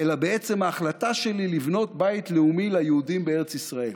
אלא בעצם ההחלטה שלי לבנות בית לאומי ליהודים בארץ ישראל.